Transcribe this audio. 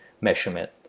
measurement